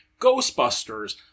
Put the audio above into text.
Ghostbusters